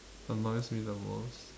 annoys me the most